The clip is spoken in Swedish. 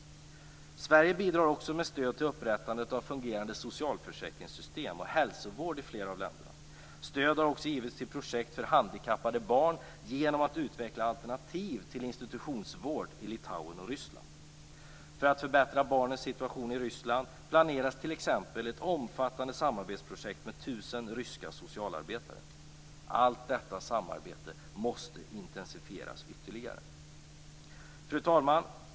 Sverige bidrar också med stöd till upprättandet av fungerande socialförsäkringssystem och hälsovård i flera av länderna. Stöd har också givits till projekt för handikappade barn genom att utveckla alternativ till institutionsvård i Litauen och Ryssland. För att förbättra barnens situation i Ryssland planeras t.ex. ett omfattande samarbetsprojekt med 1 000 ryska socialarbetare. Allt detta samarbete måste intensifieras ytterligare. Fru talman!